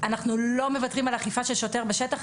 אנחנו לא מוותרים על אכיפה של שוטר בשטח,